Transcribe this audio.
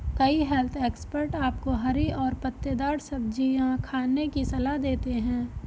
कई health expert आपको हरी और पत्तेदार सब्जियां खाने की सलाह देते हैं